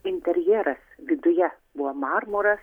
interjeras viduje buvo marmuras